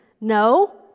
no